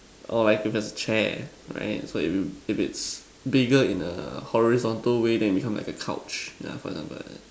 or like if you have a chair right so if if it's bigger in a horizontal way then it become like a couch yeah for example like that